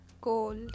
cold